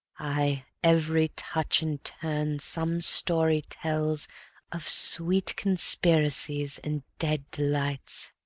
aye, every touch and turn some story tells of sweet conspiracies and dead delights.